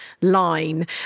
line